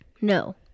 No